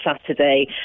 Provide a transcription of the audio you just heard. Saturday